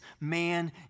man